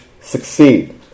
succeed